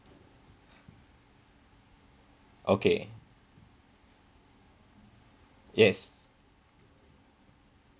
okay yes